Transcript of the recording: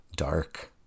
dark